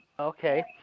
Okay